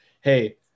hey